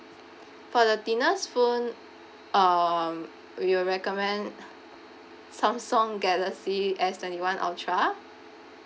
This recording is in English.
for the thinnest phone um we'll recommend samsung galaxy S twenty one ultra